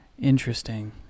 Interesting